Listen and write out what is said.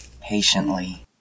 patiently